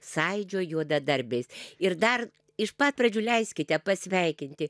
sąjūdžio juodadarbiais ir dar iš pat pradžių leiskite pasveikinti